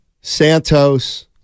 Santos